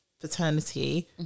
paternity